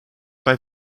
bei